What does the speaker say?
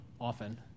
often